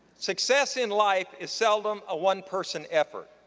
success in life is seldom a one-person effort.